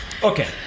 okay